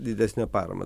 didesnę paramą